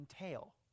entail